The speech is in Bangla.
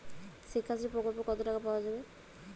শিক্ষাশ্রী প্রকল্পে কতো টাকা পাওয়া যাবে?